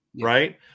right